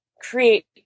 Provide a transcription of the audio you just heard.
create